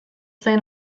zen